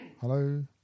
Hello